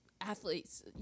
athletes